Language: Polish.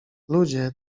ludzie